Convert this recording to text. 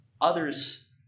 others